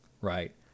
right